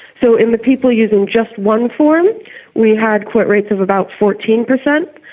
so in the people using just one form we had quit rates of about fourteen percent,